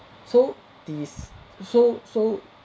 so this so so